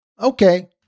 Okay